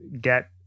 get